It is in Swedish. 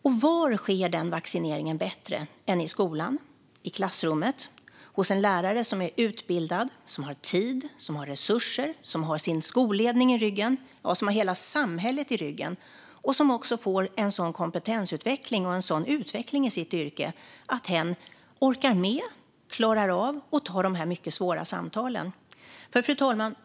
Och var sker denna vaccinering bättre än i skolan, i klassrummet, hos en lärare som är utbildad, som har tid, som har resurser, som har sin skolledning i ryggen och som har hela samhället i ryggen? Det ska vara en lärare som också får en sådan kompetensutveckling och en sådan utveckling i sitt yrke att hen orkar med och klarar av att ta de här mycket svåra samtalen. Fru talman!